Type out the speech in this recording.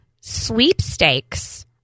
sweepstakes